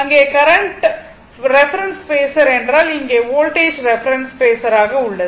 அங்கே current reference phasor என்றால் இங்கே வோல்டேஜ் ரெஃபரென்ஸ் பேஸர் ஆக உள்ளது